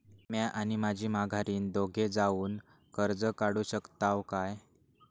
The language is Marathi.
म्या आणि माझी माघारीन दोघे जावून कर्ज काढू शकताव काय?